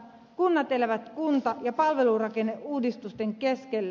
kunnat elävät kunta ja palvelurakenneuudistusten keskellä